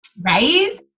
Right